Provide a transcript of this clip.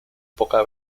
poca